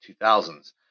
2000s